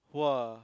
!wah!